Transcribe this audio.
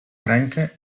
rękę